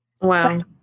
Wow